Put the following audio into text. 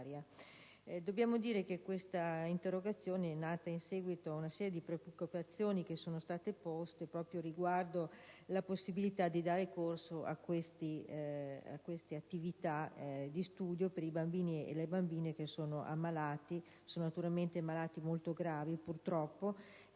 cofirmataria. Questa interrogazione è nata in seguito a una serie di preoccupazioni che sono state poste proprio riguardo alla possibilità di dare corso a queste attività di studio per i bambini e le bambine malati molto gravi, purtroppo,